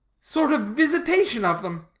sort of visitation of them.